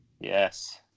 Yes